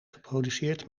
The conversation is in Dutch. geproduceerd